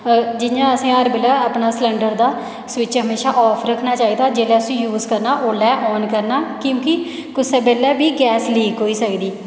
जि'यां असें हर बेल्ले अपने सलंडर दा स्विच म्हेशां ऑफ रक्खना चाहिदा जेल्लै उसी यूज करना ओल्लै ऑन करना क्योंकि कुसा बेल्ले बी गैस लीक होई सकदी